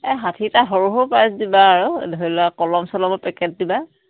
এই ষাঠিটা সৰু সৰু প্ৰাইছ দিবা আৰু ধৰি লোৱা কলম চলমৰ পেকেট দিবা